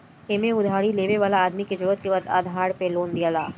एमे उधारी लेवे वाला आदमी के जरुरत के आधार पे लोन दियाला